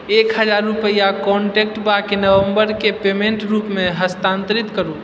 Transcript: एक हजार रुपैआ कॉन्टैक्ट बाके नवंबरके पेमेंट रूपमे हस्तांतरित करू